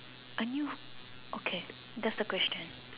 A new okay that's the question